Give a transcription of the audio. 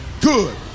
good